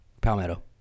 Palmetto